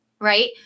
right